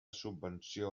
subvenció